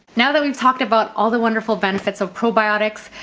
now that we've talked about all the wonderful benefits of probiotics,